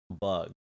bug